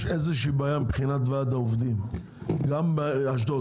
יש איזושהי בעיה מבחינת ועד העובדים גם באשדוד